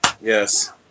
Yes